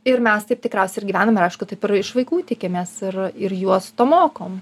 ir mes taip tikriausia ir gyvenam ir aišku taip ir iš vaikų tikimės ir ir juos to mokom